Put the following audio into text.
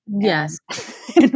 Yes